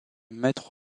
maître